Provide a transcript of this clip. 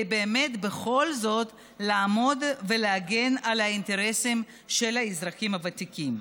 באמת בכל זאת לעמוד ולהגן על האינטרסים של האזרחים הוותיקים.